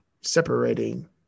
separating